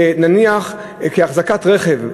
נניח כאחזקת רכב,